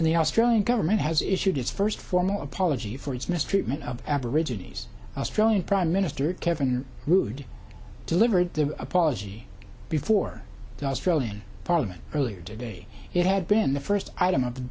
and the australian government has issued its first formal apology for its mistreatment of aborigines australian prime minister kevin rood delivered their apology before the australian parliament earlier today it had been the first item